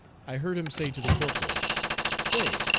i heard him say to the corporal say,